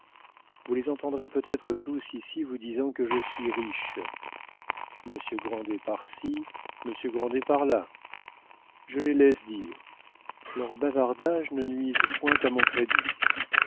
vous les entendrez peut-être tous ici vous disant que je suis riche monsieur grandet par-ci monsieur grandet par là je les laisse dire leurs bavardages ne nuisent point à mon crédit